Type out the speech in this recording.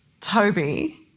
Toby